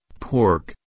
Pork